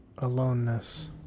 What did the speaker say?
aloneness